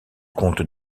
comte